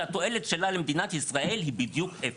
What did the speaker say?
שהתועלת שלה למדינת ישראל היא בדיוק אפס.